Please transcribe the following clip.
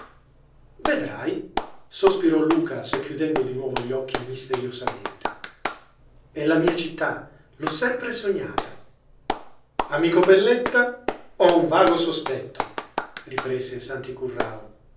vedrai sospirò luca socchiudendo di nuovo gli occhi misteriosamente è la mia città l'ho sempre sognata amico pelletta ho un vago sospetto riprese santi currao